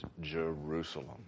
Jerusalem